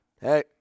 hey